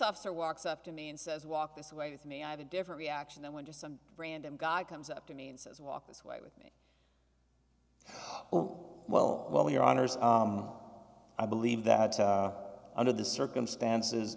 officer walks up to me and says walk this way with me i have a different reaction than when just some random guy comes up to me and says walk this way with me well well well your honor i believe that under the circumstances